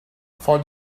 for